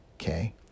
Okay